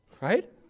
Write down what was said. Right